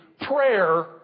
Prayer